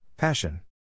Passion